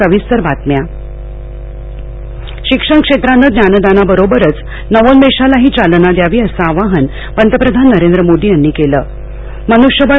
पंतप्रधानः शिक्षण क्षेत्रानं ज्ञानदाना बरोबरच नवोन्मेषालाही चालना द्यावी असं आवाहन पंतप्रधान नरेंद्र मोदी यांनी केलंमनुष्यबळ